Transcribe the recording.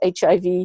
HIV